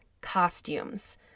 costumes